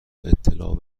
اطلاع